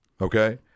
okay